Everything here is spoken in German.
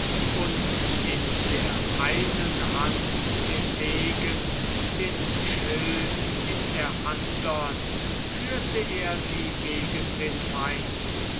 und in der einen hand den degen den schild in der andern führte er sie gegen den feind